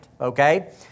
okay